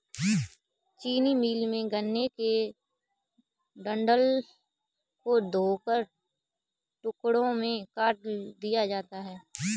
चीनी मिल में, गन्ने के डंठल को धोकर टुकड़ों में काट दिया जाता है